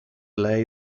lei